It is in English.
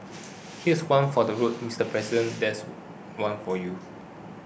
here's one for the road Mister President this one for you